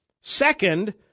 Second